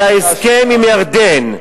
שההסכם בירדן,